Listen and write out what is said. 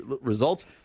results